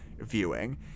viewing